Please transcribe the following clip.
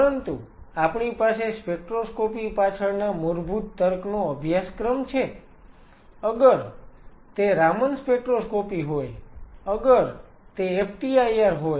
પરંતુ આપણી પાસે સ્પેક્ટ્રોસ્કોપી પાછળના મૂળભૂત તર્કનો અભ્યાસક્રમ છે અગર તે રામન સ્પેક્ટ્રોસ્કોપી હોય અગર તે FTIR હોય કે અગર તે NMR હોય